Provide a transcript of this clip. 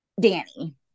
Danny